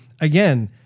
again